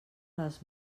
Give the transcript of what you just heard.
les